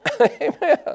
Amen